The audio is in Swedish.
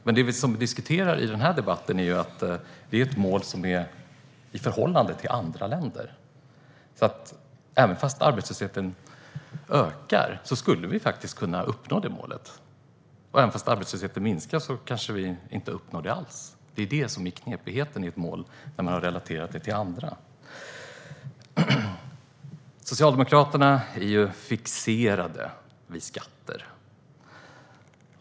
Men det som vi diskuterar i den här debatten är ju att det är ett mål i förhållande till andra länder. Även om arbetslösheten ökar skulle vi faktiskt kunna uppnå det målet. Och även om arbetslösheten minskar kanske vi inte uppnår det alls. Det är det som är knepigheten i ett mål som är relaterat till andra. Socialdemokraterna är fixerade vid skatter.